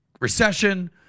Recession